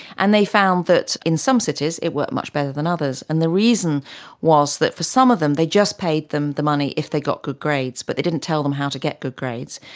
and they found that in some cities it worked much better than others, and the reason was that for some of them they just paid them the money if they got good grades but they didn't tell them how to get good grades.